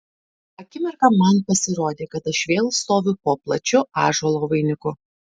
akimirką man pasirodė kad aš vėl stoviu po plačiu ąžuolo vainiku